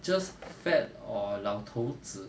just fat or 老头子